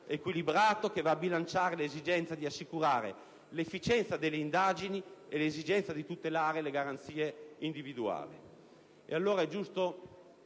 equilibrato, che va a bilanciare l'esigenza di assicurare l'efficienza delle indagini e l'esigenza di tutelare le garanzie individuali. E allora è giusto